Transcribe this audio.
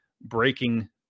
breaking